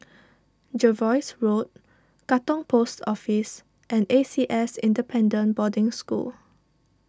Jervois Road Katong Post Office and A C S Independent Boarding School